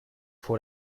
vor